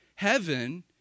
Heaven